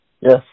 Yes